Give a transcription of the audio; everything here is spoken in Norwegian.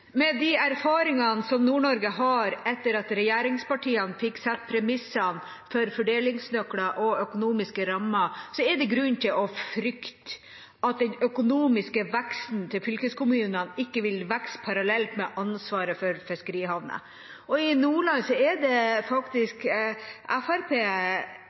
Med de erfaringene som Nord-Norge har etter at regjeringspartiene fikk stille premissene for fordelingsnøkler og økonomiske rammer, er det grunn til å frykte at den økonomiske veksten til fylkeskommunene ikke vil vokse parallelt med ansvaret for fiskerihavnene. I Nordland er